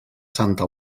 santa